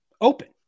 open